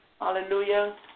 Hallelujah